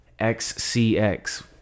XCX